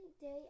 day